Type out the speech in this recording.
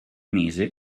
mese